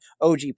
OG